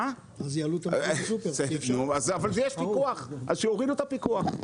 אז שיורידו את הפיקוח.